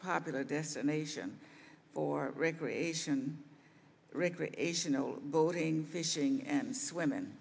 popular destination for recreation recreational boating fishing and swim